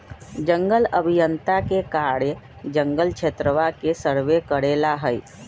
जंगल अभियंता के कार्य जंगल क्षेत्रवा के सर्वे करे ला हई